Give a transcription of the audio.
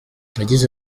yagize